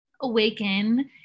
awaken